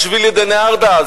כשבילי דנהרדעא.